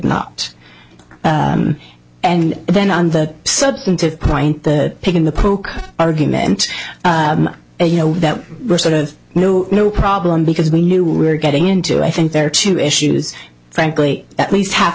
not and then on the substantive point the pick in the poke argument you know that were sort of no no problem because we knew we were getting into i think there are two issues frankly at least half